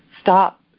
stop